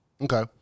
Okay